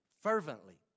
fervently